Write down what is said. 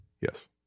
Yes